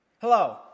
Hello